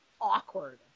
awkward